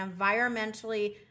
environmentally